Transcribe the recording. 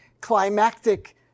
climactic